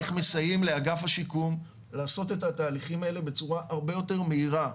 איך מסייעים לאגף השיקום לעשות את התהליכים האלה בצורה הרבה יותר מהירה.